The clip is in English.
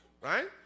Right